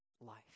life